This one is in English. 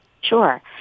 Sure